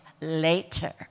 later